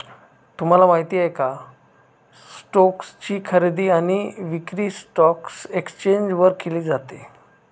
तुम्हाला माहिती आहे का? स्टोक्स ची खरेदी आणि विक्री स्टॉक एक्सचेंज वर केली जाते